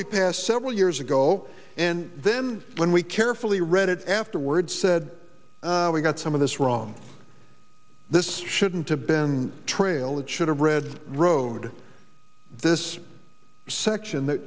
we passed several years ago and then when we carefully read it afterward said we got some of this wrong this shouldn't have been a trail it should have read road this section th